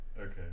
Okay